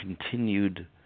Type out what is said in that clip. continued